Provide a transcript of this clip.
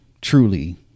truly